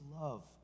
love